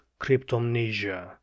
cryptomnesia